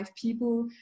people